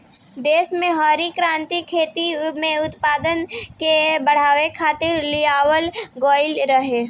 देस में हरित क्रांति खेती में उत्पादन के बढ़ावे खातिर लियावल गईल रहे